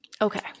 Okay